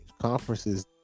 Conferences